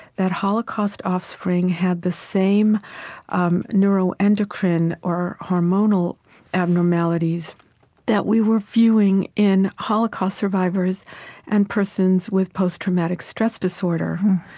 that holocaust offspring had the same um neuroendocrine or hormonal abnormalities that we were viewing in holocaust survivors and persons with post-traumatic stress disorder.